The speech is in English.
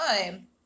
time